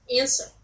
answer